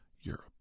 Europe